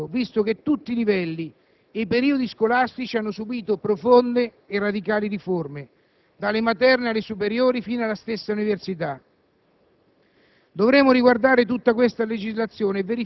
Dovremmo aspettare, magari, un intero ciclo didattico, visto che tutti i livelli e i periodi scolastici hanno subito profonde e radicali riforme, dalle materne alle superiori, fino alla stessa università.